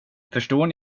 förstår